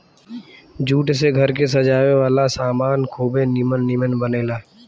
jute से घर के सजावे वाला सामान खुबे निमन निमन बनेला